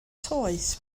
toes